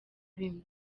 bimwe